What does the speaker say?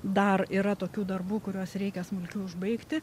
dar yra tokių darbų kuriuos reikia smulkių užbaigti